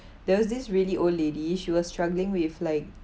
there was this really old lady she was struggling with like